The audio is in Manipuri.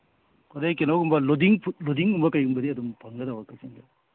ꯑꯗꯒꯤ ꯀꯩꯅꯣꯒꯨꯝꯕ ꯂꯣꯗꯤꯡ ꯐꯨꯗ ꯂꯣꯗꯤꯡꯒꯨꯝꯕ ꯀꯩꯒꯨꯝꯕꯗꯤ ꯑꯗꯨꯝ ꯐꯪꯒꯗꯧꯕ꯭ꯔꯥ ꯀꯛꯆꯤꯡꯁꯦ